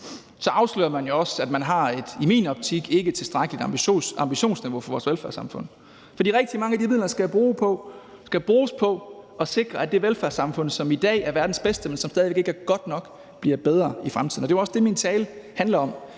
afslører man jo også – i min optik – at man ikke har et tilstrækkeligt ambitionsniveau for vores velfærdssamfund. For rigtig mange af de midler skal bruges på at sikre, at det velfærdssamfund, som i dag er verdens bedste, men som stadig væk ikke er godt nok, bliver bedre i fremtiden. Det er også det, min tale handler om.